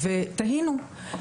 תהינו.